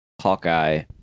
Hawkeye